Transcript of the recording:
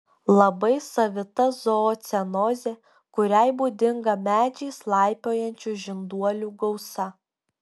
labai savita zoocenozė kuriai būdinga medžiais laipiojančių žinduolių gausa